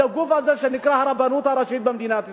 לגוף הזה שנקרא הרבנות הראשית במדינת ישראל,